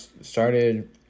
started